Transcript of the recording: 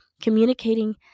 communicating